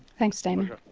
thanks, damien.